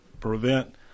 prevent